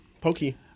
Pokey